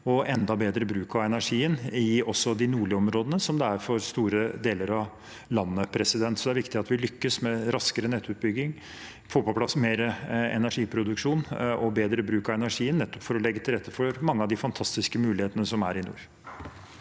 og enda bedre bruk av energien også i de nordlige områdene, som det er for store deler av landet. Så det er viktig at vi lykkes med en raskere nettutbygging og får på plass mer energiproduksjon og bedre bruk av energien, nettopp for å legge til rette for mange av de fantastiske mulighetene som er i nord.